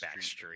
backstreet